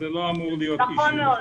נכון מאוד.